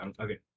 Okay